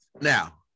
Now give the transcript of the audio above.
Now